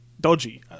dodgy